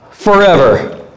forever